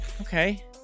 Okay